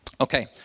Okay